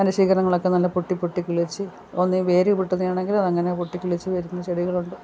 അതിൻ്റെ ശിഖരങ്ങളൊക്കെ നല്ല പൊട്ടി പൊട്ടി കിളിച്ച് ഒന്നീ വേര് പൊട്ടുന്നെയാണെങ്കിലതങ്ങനെ പൊട്ടി കിളിച്ച് വരുന്ന ചെടികളുണ്ട്